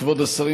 כבוד השרים,